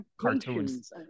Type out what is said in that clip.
cartoons